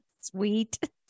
Sweet